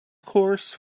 course